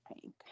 pink